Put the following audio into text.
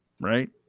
right